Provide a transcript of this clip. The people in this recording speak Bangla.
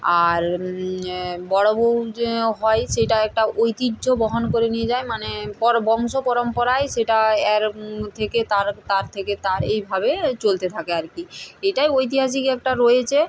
আর বড় বউ যে হয় সেটা একটা ঐতিহ্য বহন করে নিয়ে যায় মানে পর বংশ পরম্পরায় সেটা এর থেকে তার তার থেকে তার এইভাবে চলতে থাকে আর কী এটাই ঐতিহাসিক একটা রয়েছে